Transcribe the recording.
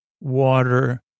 water